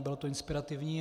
Bylo to inspirativní.